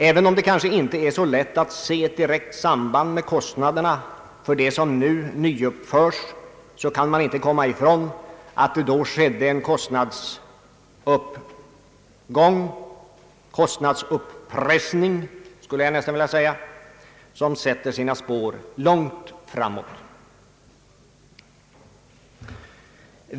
Även om det kanske inte är så lätt att se ett samband mellan den förda kreditpolitiken och kostnaderna för de bostäder som nu nyuppförs, kan man inte komma ifrån att det då blev en kostnadsuppgång — jag skulle nästan vilja säga kostnadsuppressning — som sätter sina spår långt framåt.